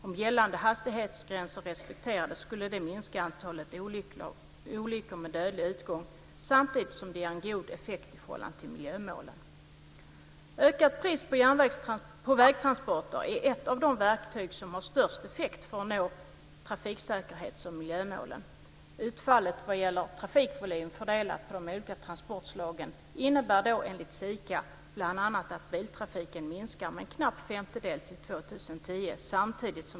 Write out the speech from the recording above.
Om gällande hastighetsgränser respekterades skulle det minska antalet olyckor med dödlig utgång samtidigt som det ger en god effekt i förhållande till miljömålen. Ökat pris på vägtransporter är ett av de verktyg som har störst effekt för att nå trafiksäkerhets och miljömålen. Utfallet vad gäller trafikvolym fördelad på de olika transportslagen innebär enligt SIKA bl.a.